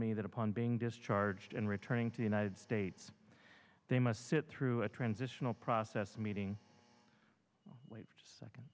me that upon being discharged and returning to the united states they must sit through a transitional process meeting wait for second